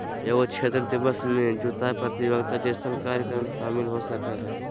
एगो क्षेत्र दिवस में जुताय प्रतियोगिता जैसन कार्यक्रम शामिल हो सकय हइ